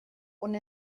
und